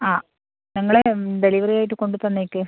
ആ നിങ്ങൾ ഡെലിവറി ആയിട്ട് കൊണ്ട് തന്നേക്ക്